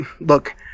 Look